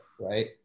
right